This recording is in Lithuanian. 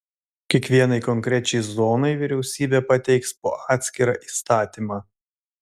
kiekvienai konkrečiai zonai vyriausybė pateiks po atskirą įstatymą